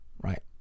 right